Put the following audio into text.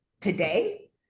today